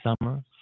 summer